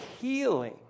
Healing